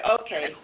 okay